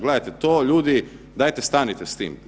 Gledajte to ljudi, dajte stanite s tim.